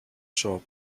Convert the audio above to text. shop